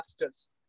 masters